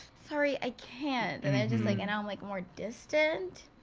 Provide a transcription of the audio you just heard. sorry. i can't. and they're just like and i'm like more distant.